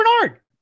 Bernard